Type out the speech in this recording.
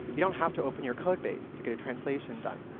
you don't have to open your codebase to get a translation done.